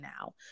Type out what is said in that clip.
now